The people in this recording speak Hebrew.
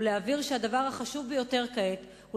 ולהבהיר שהדבר החשוב ביותר כעת הוא